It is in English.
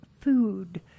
food